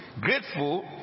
grateful